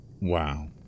Wow